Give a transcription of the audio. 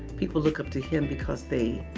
people look up to him because they.